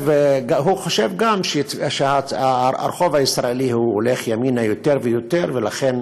חושב שהרחוב הישראלי הולך ימינה יותר ויותר, ולכן